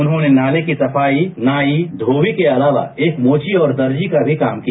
उन्होंने नाले की सफाई नाई धोबी के अलावा एक मोची और दर्जी का भी काम किया